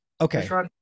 Okay